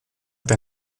der